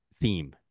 theme